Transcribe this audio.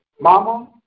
Mama